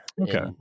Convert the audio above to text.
Okay